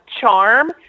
charm